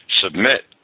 submit